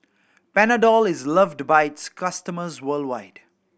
Panadol is loved by its customers worldwide